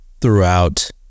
throughout